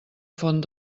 font